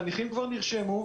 חניכים כבר נרשמו,